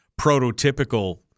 prototypical